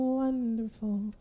wonderful